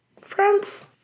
friends